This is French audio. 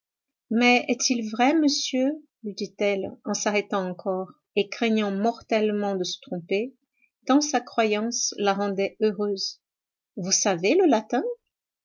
mais est-il vrai monsieur lui dit-elle en s'arrêtant encore et craignant mortellement de se tromper tant sa croyance la rendait heureuse vous savez le latin